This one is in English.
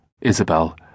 Isabel